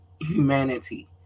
humanity